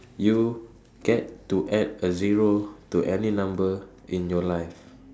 you get to add a zero to any number in your life